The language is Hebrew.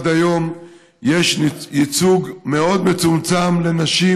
עד היום יש ייצוג מאוד מצומצם לנשים